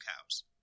cows